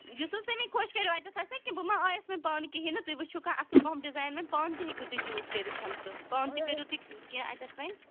یُس حظ تۅہہِ وۅنۍ خۄش کَرو اتٮ۪تھ آسِنا کہِ بہٕ ما آیس وۅنۍ پانہٕ کِہیٖنٛی نہٕ تُہۍ وُچھو کانٛہہ اَصٕل پہم ڈِزاین وۅنۍ پانہٕ تہِ ہیٚکِو تُہۍ چوٗز کٔرِتھ سُہ پانہٕ کٔرِو تُہۍ کیٚنٛہہ اتٮ۪تھ وۅنۍ